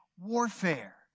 warfare